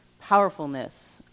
powerfulness